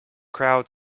crowd